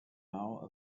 now